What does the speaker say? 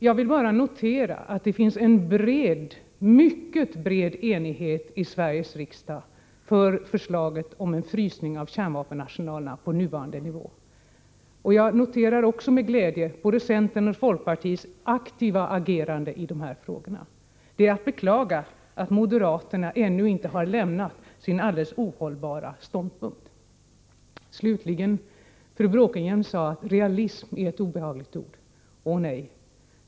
Jag vill bara notera att det finns en mycket bred enighet i Sveriges riksdag för förslaget om en frysning av kärnvapenarsenalerna på nuvarande nivå. Jag noterar också med glädje både centerns och folkpartiets aktiva agerande i de här frågorna. Det är att beklaga att moderaterna ännu inte har lämnat sin alldeles ohållbara ståndpunkt. Fru Bråkenhielm sade att realism är ett obehagligt ord. Ånej!